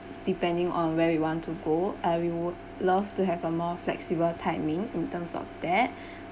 depending on where we want to go and we would love to have a more flexible timing in terms of that